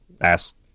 ask